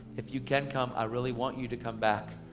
if you can come i really want you to come back,